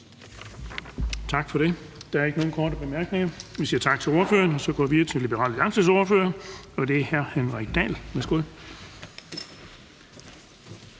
Tak for det. Der er ikke nogen korte bemærkninger. Vi siger tak til ordføreren. Så går vi videre til Liberal Alliances ordfører, og det er hr. Henrik Dahl. Værsgo.